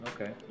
Okay